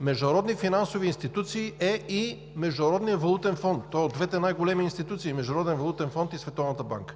„Международни финансови институции“ е и Международният валутен фонд. Той е от двете най-големи институции – Международен валутен фонд и Световната банка.